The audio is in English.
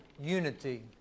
Unity